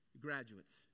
Graduates